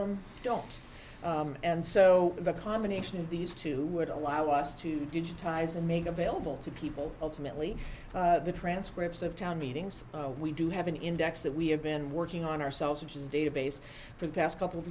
them don't and so the combination of these two would allow us to digitize and make available to people ultimately the transcripts of town meetings we do have an index that we have been working on ourselves which is a database for the past couple of